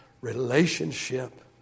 relationship